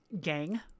Gang